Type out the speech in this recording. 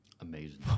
Amazing